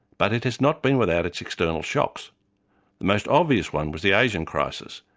but it has not been without its external shocks. the most obvious one was the asian crisis,